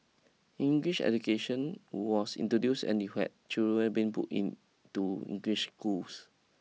English education was introduced and you had children being put into English schools